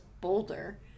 boulder –